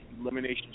Elimination